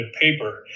paper